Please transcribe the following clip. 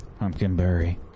Pumpkinberry